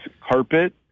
carpet